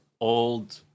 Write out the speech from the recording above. old